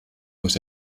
muss